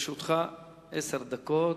לרשותך עשר דקות.